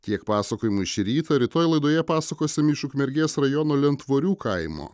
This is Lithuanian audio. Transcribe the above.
tiek pasakojimų iš ryto rytoj laidoje pasakosim iš ukmergės rajono lentvorių kaimo